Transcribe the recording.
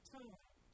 time